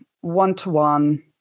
one-to-one